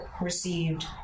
received